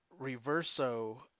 Reverso